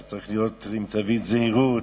שצריך להיות עם תווית זהירות.